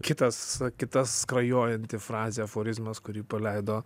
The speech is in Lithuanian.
kitas kita skrajojanti frazė aforizmas kurį paleido